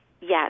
Yes